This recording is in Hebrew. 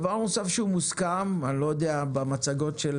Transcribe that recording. במצגות של